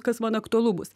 kas man aktualu bus